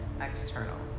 external